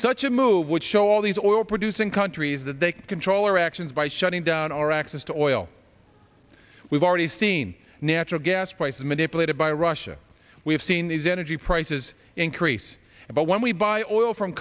such a move would show all these oil producing countries that they control or actions by shutting down our access to oil we've already seen natural gas prices manipulated by russia we've seen these energy prices increase but when we buy all from